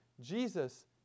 Jesus